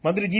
മന്ത്രി ജി